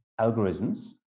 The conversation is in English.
algorithms